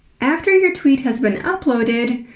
after your tweet has been uploaded,